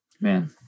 man